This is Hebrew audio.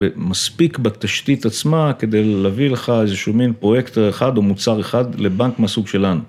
ומספיק בתשתית עצמה כדי להביא לך איזה שהוא מין פרויקט אחד או מוצר אחד לבנק מהסוג שלנו.